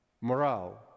morale